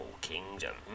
kingdom